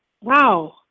wow